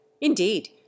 Indeed